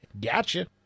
Gotcha